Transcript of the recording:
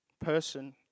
person